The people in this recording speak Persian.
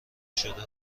شده